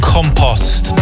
Compost